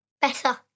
Better